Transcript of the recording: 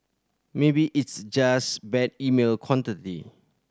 maybe it's just bad email quantity